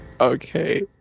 okay